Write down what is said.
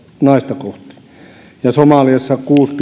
naista kohti somaliassa on kuusi